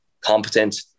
competent